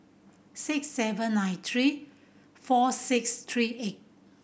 six seven nine three four six three eight